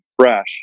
fresh